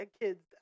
kids